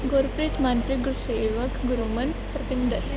Gurpreet Manpreet Gursewak Guruman Rupinder